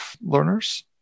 learners